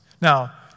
Now